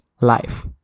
life